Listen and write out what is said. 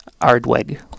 Ardweg